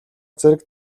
зэрэг